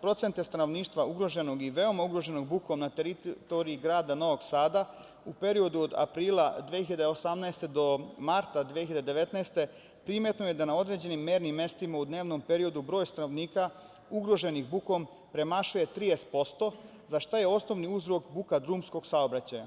procente stanovništva ugroženog i veoma ugroženog bukom na teritoriji grada Novog Sada, u periodu od aprila 2018. godine do marta 2019. godine, primetno je da na određenim mernim mestima u dnevnom periodu broj stanovnika ugroženih bukom premašuje 30% za šta je osnovni uzrok buka drumskog saobraćaja.